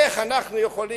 איך אנחנו יכולים,